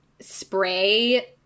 spray